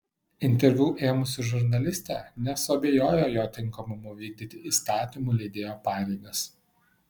interviu ėmusi žurnalistė nesuabejojo jo tinkamumu vykdyti įstatymų leidėjo pareigas